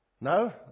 No